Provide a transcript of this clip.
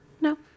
No